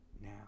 now